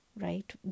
right